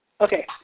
Okay